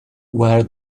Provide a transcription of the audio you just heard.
where